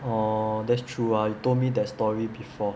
orh that's true ah you told me that story before